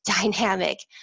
dynamic